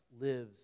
lives